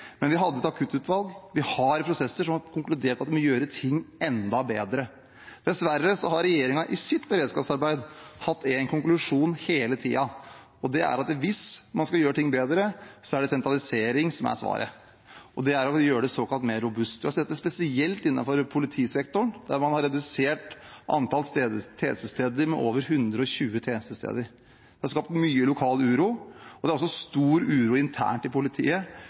men vi hadde et akuttutvalg, og vi har prosesser der man har konkludert med at vi må gjøre ting enda bedre. Dessverre har regjeringen i sitt beredskapsarbeid hatt én konklusjon hele tiden, og det er at hvis man skal gjøre ting bedre, er det sentralisering som er svaret – og det er å gjøre det såkalt mer robust. Vi har sett det spesielt innenfor politisektoren, der man har redusert antall tjenestesteder med over 120. Det har skapt mye lokal uro, og det er også stor uro internt i politiet